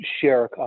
share